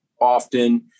often